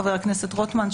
חבר הכנסת רוטמן,